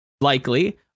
likely